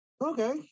okay